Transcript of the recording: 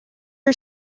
are